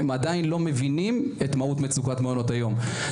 הם עדיין לא מבינים את מהות מצוקת מעונות היום.